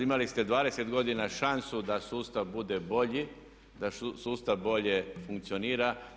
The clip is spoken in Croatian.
Imali ste 20 godina šansu da sustav bude bolji, da sustav bolje funkcionira.